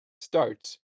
starts